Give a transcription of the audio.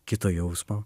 kito jausmo